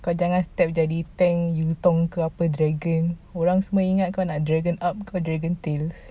kau jangan step jadi tank yu zhong ke apa dragon orang semua ingat kau nak dragon up ke dragon tales